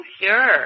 sure